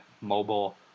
mobile